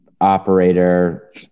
operator